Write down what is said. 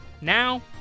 now